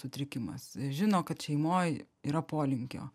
sutrikimas žino kad šeimoj yra polinkio